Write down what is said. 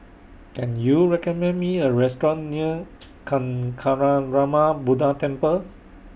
Can YOU recommend Me A Restaurant near Kancanarama Buddha Temple